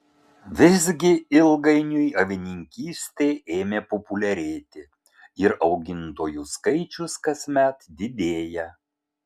visgi ilgainiui avininkystė ėmė populiarėti ir augintojų skaičius kasmet didėja